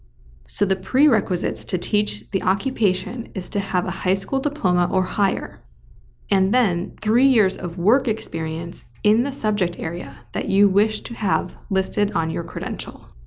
so the prerequisites to teach the occupation is to have a high school diploma or higher and then three years of work experience in the subject area that you wish to have listed on your credential.